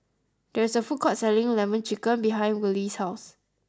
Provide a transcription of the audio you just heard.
there is a food court selling lemon chicken behind Wiley's house